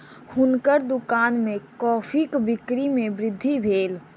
हुनकर दुकान में कॉफ़ीक बिक्री में वृद्धि भेल